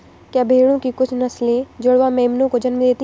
क्या भेड़ों की कुछ नस्लें जुड़वा मेमनों को जन्म देती हैं?